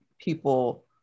people